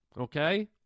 okay